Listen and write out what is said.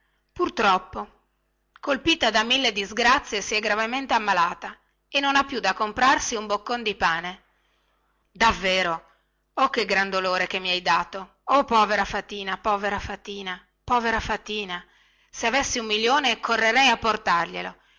pur troppo colpita da mille disgrazie si è gravemente ammalata e non ha più da comprarsi un boccon di pane davvero oh che gran dolore che mi hai dato oh povera fatina povera fatina povera fatina se avessi un milione correrei a portarglielo